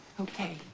okay